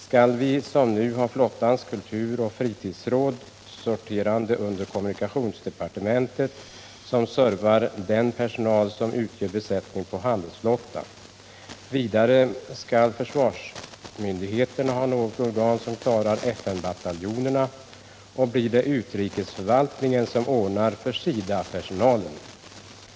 Vi måste också ta ställning till andra frågor. Skall vi såsom nu ha flottans kulturoch fritidsråd, som servar den personal som utgör besättning på handelsflottan, sorterande under kommunikationsdepartementet? Skall försvarsmyndigheterna ha något organ som servar FN-bataljonerna? Blir det utrikesförvaltningen som ordnar för SIDA-personalen?